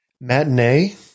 matinee